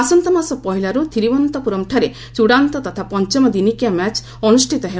ଆସନ୍ତା ମାସ ପହିଲାରୁ ଥିରୁବନନ୍ତପୁରମ୍ଠାରେ ଚୂଡ଼ାନ୍ତ ତଥା ପଞ୍ଚମ ଦିନିକିଆ ମ୍ୟାଚ୍ ଅନୁଷ୍ଠିତ ହେବ